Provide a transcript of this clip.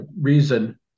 reason